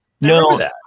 No